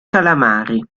calamari